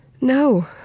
No